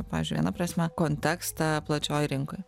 pavyzdžiui viena prasme kontekstą plačioj rinkoj